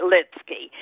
Litsky